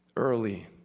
early